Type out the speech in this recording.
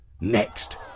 Next